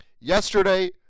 yesterday